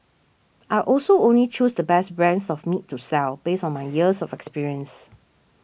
I also only choose the best brands of meat to sell based on my years of experience